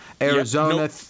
arizona